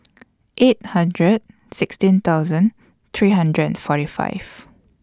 eight hundred sixteen thousand three hundred and forty five